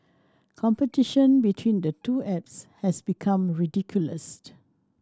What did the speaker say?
competition between the two apps has become ridiculous